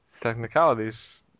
technicalities